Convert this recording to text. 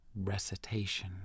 recitation